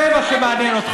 אתה,